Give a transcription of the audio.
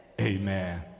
Amen